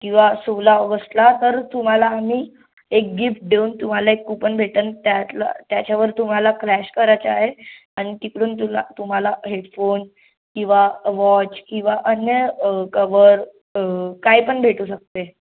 किंवा सोळा ऑगस्टला तर तुम्हाला आम्ही एक गिफ्ट देऊन तुम्हाला एक कुपन भेटन त्यातला त्याच्यावर तुम्हाला क्रॅश करायचं आहे आणि तिकडून तुला तुम्हाला हेडफोन किंवा वॉच किंवा अन्य कवर काही पण भेटू शकते